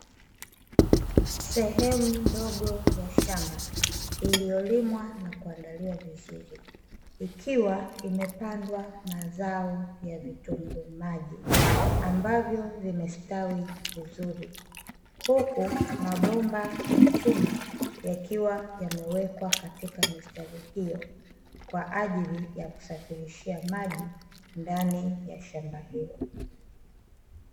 Sehemu ndogo ya shamba iliyolimwa na kuandaliwa vizuri, ikiwa imepandwa mazao ya vitunguu maji ambavyo vimestawi vizuri. Huku mabomba ya chuma yakiwa yamewekwa katika mistari hiyo, kwa ajili ya kusafirishia maji ndani ya shamba hilo.